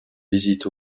visite